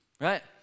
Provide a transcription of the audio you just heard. Right